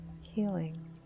healing